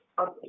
Okay